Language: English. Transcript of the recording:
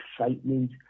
excitement